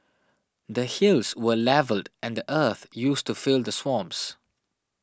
the hills were levelled and the earth used to fill the swamps